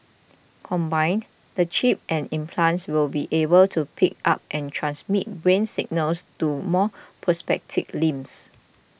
combined the chip and implants will be able to pick up and transmit brain signals to move prosthetic limbs